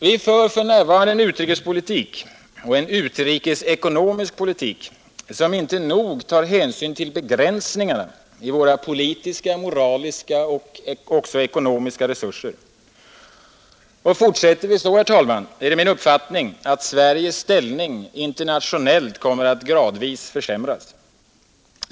Vi för nu en utrikespolitik och en utrikesekonomisk politik som inte nog tar hänsyn till begränsningarna i våra politiska, moraliska och ekonomiska resurser. Fortsätter vi så, herr talman, är det min uppfattning att Sveriges ställning internationellt kommer att gradvis försämras.